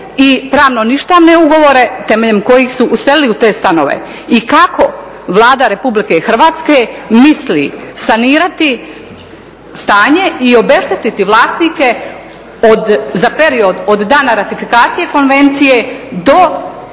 i pravno ništavne ugovore temeljem kojih su uselili u te stanove. I kako Vlada Republike Hrvatske misli sanirati stanje i obeštetiti vlasnike za period od dana ratifikacije Konvencije do